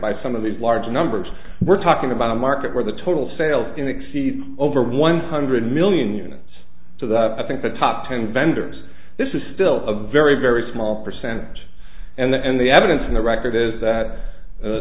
by some of these large numbers we're talking about a market where the total sales exceed over one hundred million units to the i think the top ten vendors this is still a very very small percentage and the evidence in the record is that